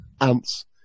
ants